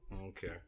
Okay